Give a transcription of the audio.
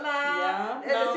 ya now